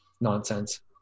nonsense